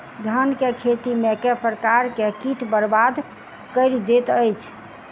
धान केँ खेती मे केँ प्रकार केँ कीट बरबाद कड़ी दैत अछि?